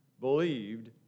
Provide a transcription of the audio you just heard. believed